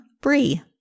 Brie